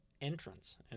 entrance